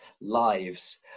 lives